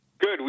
Good